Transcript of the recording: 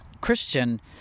Christian